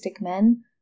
men